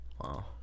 Wow